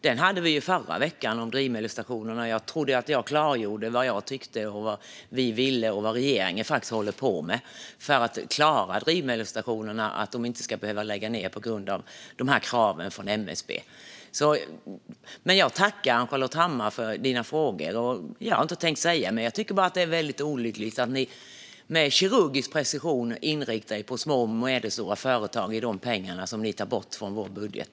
Debatten om drivmedelsstationerna hade vi i förra veckan, och jag trodde att jag då klargjorde vad jag tyckte, vad vi vill och vad regeringen håller på med för att klara drivmedelsstationerna, så att de inte ska behöva lägga ned på grund av kraven från MSB. Jag tackar för frågorna, Ann-Charlotte Hammar Johnsson, men jag har inte tänkt säga mer. Jag tycker bara att det är väldigt olyckligt att ni med kirurgisk precision inriktar er på små och medelstora företag när ni tar bort pengar från vår budget.